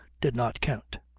did not count.